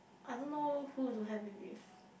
I don't know who also have it with